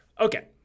Okay